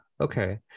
Okay